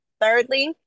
thirdly